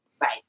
Right